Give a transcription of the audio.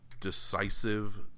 decisive